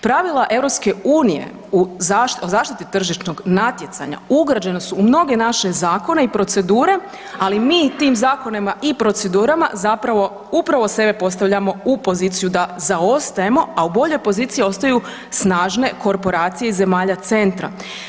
Pravila EU u zaštiti tržišnog natjecanja ugrađene su u mnoge naše zakone i procedure, ali mi tim zakonima i procedurama zapravo upravo sebe postavljamo u poziciju da zaostajemo, a u boljom poziciji ostaju snažne korporacije iz zemalja centra.